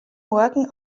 morgen